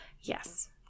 Yes